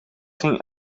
ging